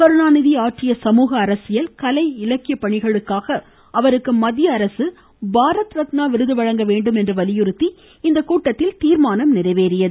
கருணாநிதி ஆற்றிய சமூக அரசியல் கலை இலக்கிய பணிகளுக்காக அவருக்கு மத்தியஅரசு பாரத் ரத்னா விருது வழங்க வேண்டும் என்று வலியுறுத்தி இந்த கூட்டத்தில் தீர்மானம் நிறைவேறியது